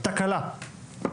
תקלה,